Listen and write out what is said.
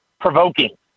provoking